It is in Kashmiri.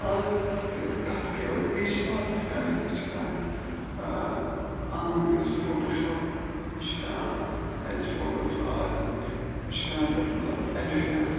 آز تہٕ تَتھ کیٛاہ بیٚیہِ چھِ آز ہٮ۪کان أسۍ أسۍ چھِ کَران عام یُس فوٹو شاپ أسۍ چھِ کَران ییٚلہِ أسۍ فوٹو تُلو آزٕ أسۍ چھِ کَران تَتھ مطلب اٮ۪ڈِٹ کَران